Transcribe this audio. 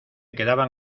quedaban